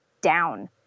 down